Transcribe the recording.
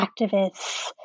activists